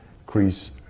increase